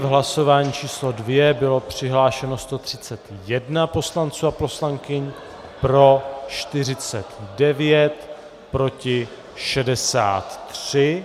V hlasování číslo 2 bylo přihlášeno 131 poslanců a poslankyň, pro 49, proti 63.